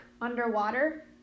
underwater